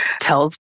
tells